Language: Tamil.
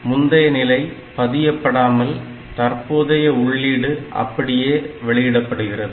இங்கே முந்தைய நிலை பதியப்படாமல் தற்போதைய உள்ளீடு அப்படியே வெளியிடப்படுகிறது